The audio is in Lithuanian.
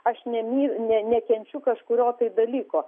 aš nemyliu ne nekenčiu kažkurio tai dalyko